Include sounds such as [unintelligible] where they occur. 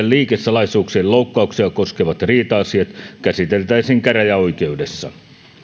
[unintelligible] liikesalaisuuksien loukkauksia koskevat riita asiat käsiteltäisiin käräjäoikeudessa